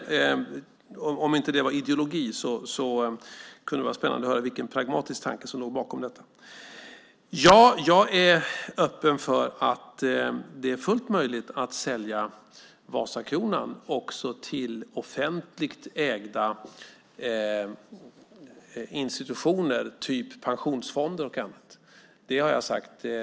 Om inte det var ideologi kunde det vara spännande att höra vilken pragmatisk tanke som låg bakom detta. Ja, jag är öppen för att det är fullt möjligt att sälja Vasakronan också till offentligt ägda institutioner, typ pensionsfonder och annat. Det har jag sagt.